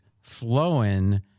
flowing